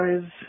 guys